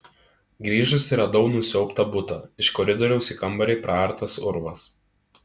grįžusi radau nusiaubtą butą iš koridoriaus į kambarį praartas urvas